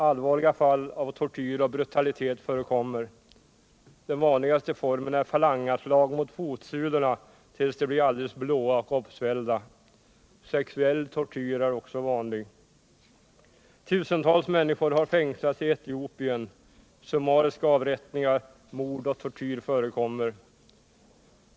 Allvarliga fall av tortyr och brutalitet förekommer. Den vanligaste formen är falanga-slag mot fotsulorna tills de blir alldeles blåa och uppsvällda. Sexuell tortyr är också vanlig. Tusentals människor har fängslats i Etiopien. Summariska avrättningar, mord och tortyr förekommer.